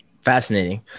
Fascinating